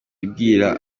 ibwira